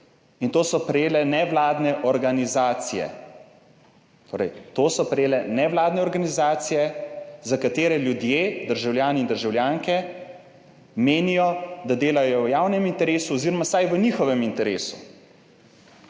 in to so prejele nevladne organizacije. Torej, to so prejele nevladne organizacije za katere ljudje, državljani in državljanke menijo, da delajo v javnem interesu oziroma vsaj v njihovem interesu,